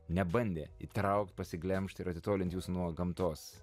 nebandė įtraukt pasiglemžt ir atitolint jus nuo gamtos